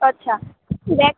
અચ્છા